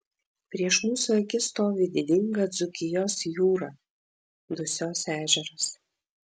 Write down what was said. prieš mūsų akis stovi didinga dzūkijos jūra dusios ežeras